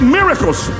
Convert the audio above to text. miracles